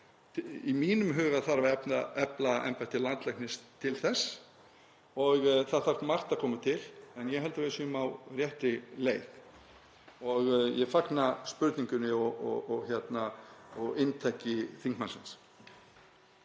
Í mínum huga þarf að efla embætti landlæknis til þess og það þarf margt að koma til, en ég held að við séum á réttri leið. Ég fagna spurningu hv. þingmanns